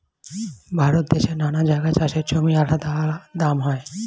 ভারত দেশের নানা জায়গায় চাষের জমির আলাদা দাম হয়